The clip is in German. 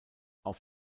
auf